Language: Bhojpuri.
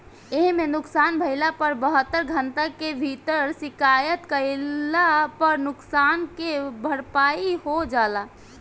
एइमे नुकसान भइला पर बहत्तर घंटा के भीतर शिकायत कईला पर नुकसान के भरपाई हो जाला